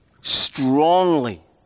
strongly